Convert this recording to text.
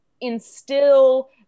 instill